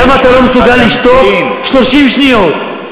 למה אתה לא מסוגל לשתוק 30 שניות?